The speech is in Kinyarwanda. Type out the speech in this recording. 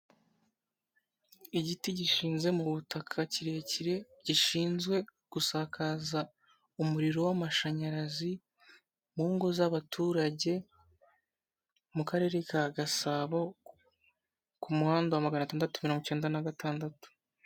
Igiti gishinze mu butaka kirekire gishinzwe gusakaza umuriro w’amashanyarazi mu ngo z'abaturage mu karere ka Gasabo, ku muhanda wa magana atandatu mirongo icyenda na gatandatu.